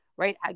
right